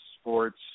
sports